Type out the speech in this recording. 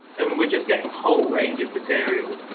and we're just getting a whole range of material.